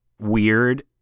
weird